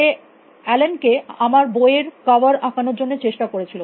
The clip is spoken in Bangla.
সে অ্যালেন কে আমার বই এর কভার আঁকানোর জন্য চেষ্টা করেছিল